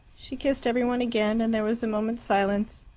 she kissed every one again, and there was a moment's silence.